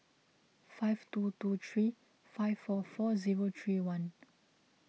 five two two three five four four zero three one